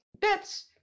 bits